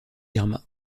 irma